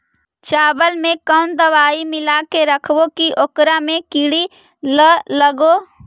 चावल में कोन दबाइ मिला के रखबै कि ओकरा में किड़ी ल लगे?